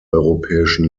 europäischen